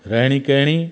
रहिणी कहिणी